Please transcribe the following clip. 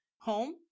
home